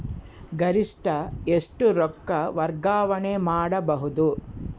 ಗರಿಷ್ಠ ಎಷ್ಟು ರೊಕ್ಕ ವರ್ಗಾವಣೆ ಮಾಡಬಹುದು?